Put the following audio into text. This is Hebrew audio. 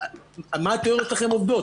על מה התאוריות שלכם עובדות?